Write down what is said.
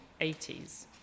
1980s